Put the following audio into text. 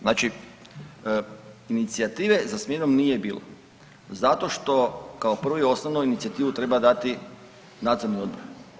Znači inicijative za smjenom nije bilo zato što kao prvo i osnovno inicijativu treba dati Nadzorni odbor.